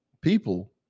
people